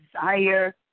desire